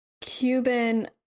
Cuban